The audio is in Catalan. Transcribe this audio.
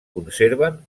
conserven